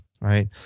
Right